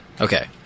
Okay